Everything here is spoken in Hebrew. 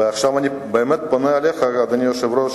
ועכשיו אני באמת פונה אליך, אדוני היושב-ראש: